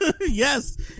yes